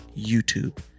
YouTube